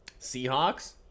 Seahawks